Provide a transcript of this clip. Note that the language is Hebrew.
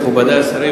מכובדי השרים,